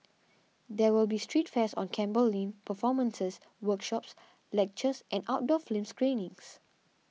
there will be street fairs on Campbell Lane performances workshops lectures and outdoor film screenings